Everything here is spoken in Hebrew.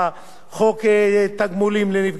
חוק תגמולים לנפגעי איבה,